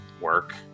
work